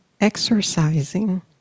exercising